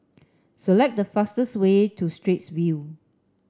select the fastest way to Straits View